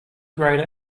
grader